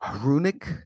runic